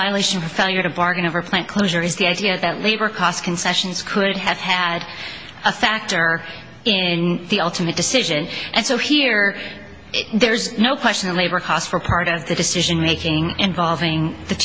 violation failure to bargain over plant closure is the idea that labor cost concessions could have had a factor in the ultimate decision and so here there's no question the labor costs were part of the decision making involving the